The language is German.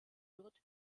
wird